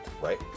Right